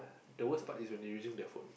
the word spa is when you're using that for